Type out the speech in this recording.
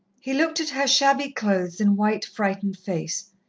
he looked at her shabby clothes and white, frightened face.